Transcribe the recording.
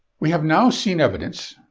we have now seen evidence,